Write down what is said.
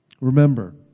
Remember